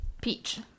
peach